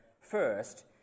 first